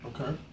Okay